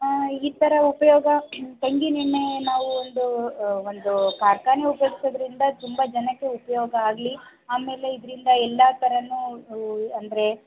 ಈ ಥರ ಉಪಯೋಗ ತೆಂಗಿನೆಣ್ಣೆ ನಾವು ಒಂದು ಒಂದು ಕಾರ್ಖಾನೆ ಉಪಯೋಗ್ಸೋದ್ರಿಂದ ತುಂಬ ಜನಕ್ಕೆ ಉಪಯೋಗ ಆಗಲಿ ಆಮೇಲೆ ಇದರಿಂದ ಎಲ್ಲ ಥರನೂ ಅಂದರೆ